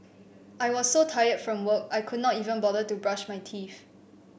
I was so tired from work I could not even bother to brush my teeth